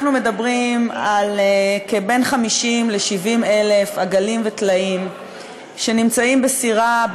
אנחנו מדברים על בין 50,000 ל-70,000 עגלים וטלאים שנמצאים בסירה,